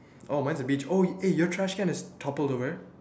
oh mine's a beach eh your trash can is toppled over